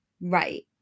Right